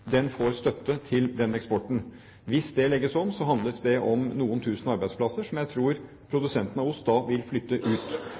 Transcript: Den får støtte til den eksporten. Hvis det legges om, så handler det om noen tusen arbeidsplasser, som jeg tror